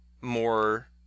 more